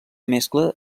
mescla